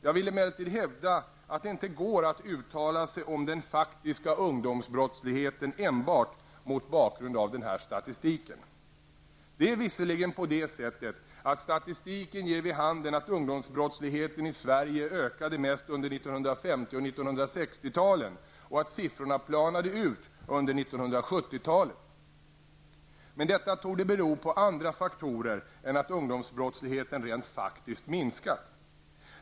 Jag vill emellertid hävda att det inte går att uttala sig om den faktiska ungdomsbrottsligheten enbart mot bakgrund av denna statistik. Det är visserligen på det sättet att statistiken ger vid handen att ungdomsbrottsligheten i Sverige ökade mest under 1950 och 1960-talen och att siffrorna planade ut under 1970-talet. Men detta torde bero på andra faktorer än att ungdomsbrottsligheten rent faktiskt minskat.